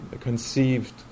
conceived